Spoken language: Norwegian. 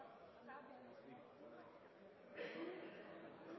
dersom vi får